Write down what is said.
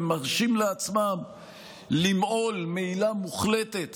הם מרשים לעצמם למעול מעילה מוחלטת